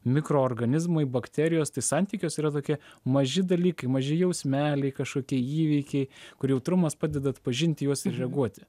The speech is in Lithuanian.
mikroorganizmai bakterijos tai santykiuose yra tokie maži dalykai maži jausmeliai kažkokie įvykiai kur jautrumas padeda atpažinti juos ir reaguoti